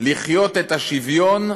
לחיות את השוויון,